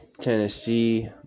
Tennessee